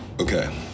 Okay